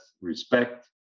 respect